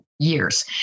Years